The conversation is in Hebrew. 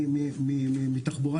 רחוקות מתחבורה